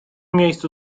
miejscu